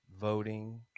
voting